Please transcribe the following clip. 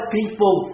people